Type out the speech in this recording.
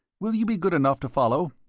will you be good enough to follow?